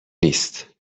نیست